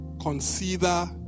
consider